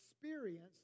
experience